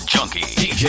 Junkie